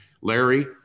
Larry